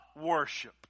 worship